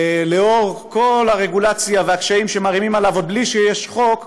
בגלל כל הרגולציה והקשיים שמערימים עליו עוד בלי שיש חוק,